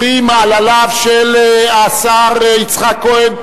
פרי מעלליו של השר יצחק כהן,